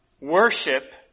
worship